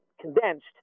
condensed